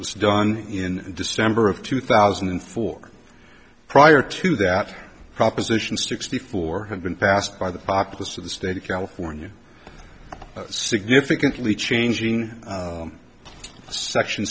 was done in december of two thousand and four prior to that proposition sixty four had been passed by the populace of the state of california significantly changing section